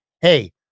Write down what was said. hey